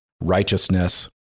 righteousness